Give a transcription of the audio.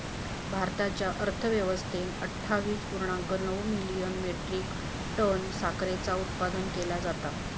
भारताच्या अर्थव्यवस्थेन अट्ठावीस पुर्णांक नऊ मिलियन मेट्रीक टन साखरेचा उत्पादन केला